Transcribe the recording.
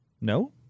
No